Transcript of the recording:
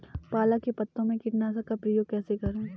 पालक के पत्तों पर कीटनाशक का प्रयोग कैसे करें?